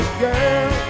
girl